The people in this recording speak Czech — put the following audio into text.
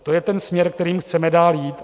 To je ten směr, kterým chceme dál jít.